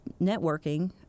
networking